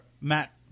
Matt